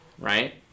Right